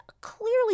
clearly